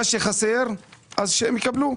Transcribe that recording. מה שחסר, שהם יקבלו.